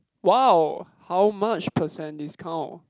wow how much percent discount